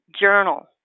journal